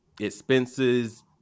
expenses